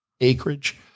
acreage